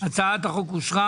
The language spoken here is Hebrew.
הצבעה הצעת החוק אושרה.